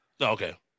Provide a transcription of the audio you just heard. Okay